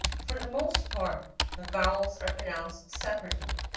for the most part the vowels are pro nounced separately,